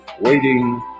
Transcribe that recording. waiting